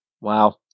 Wow